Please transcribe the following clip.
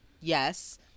yes